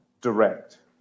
direct